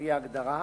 על-פי ההגדרה,